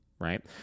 right